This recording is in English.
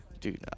Dude